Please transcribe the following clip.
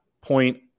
point